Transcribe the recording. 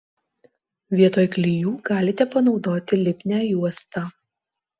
vietoj klijų galite panaudoti lipnią juostą